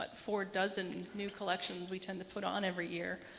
but four dozen new collections we tend to put on every year.